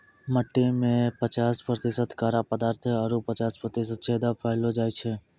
मट्टी में पचास प्रतिशत कड़ा पदार्थ आरु पचास प्रतिशत छेदा पायलो जाय छै